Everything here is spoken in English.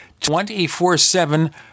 24-7